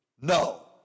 no